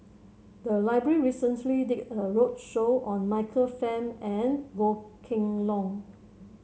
the library recently did a roadshow on Michael Fam and Goh Kheng Long